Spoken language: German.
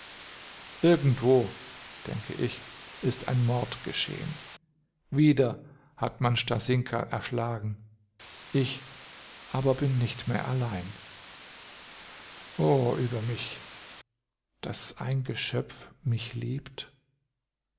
irgendwo denke ich ist ein mord geschehen wieder hat man stasinka erschlagen ich aber bin nicht mehr allein o über mich daß ein geschöpf mich liebt